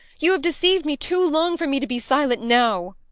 you have deceived me too long for me to be silent now.